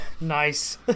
Nice